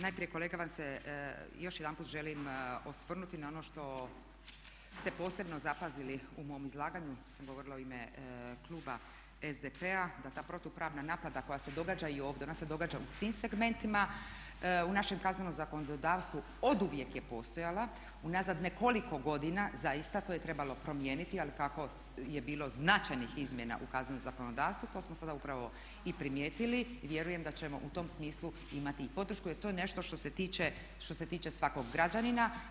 Najprije kolega vam se još jedanput želim osvrnuti na ono što ste posebno zapazili u mom izlaganju kada sam govorila u ime kluba SDP-a da ta protupravna … koja se događa i ona se događa u svim segmentima u našem kaznenom zakonodavstvu oduvijek je postojala unazad nekoliko godina, zaista to je trebalo promijeniti ali kako je bilo značajnih izmjena u kaznenom zakonodavstvu to smo sada upravo i primijetili i vjerujem da ćemo u tom smislu imati i podršku jer to je nešto što se tiče svakog građanina.